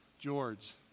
George